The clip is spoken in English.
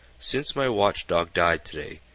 since my watchdog died today,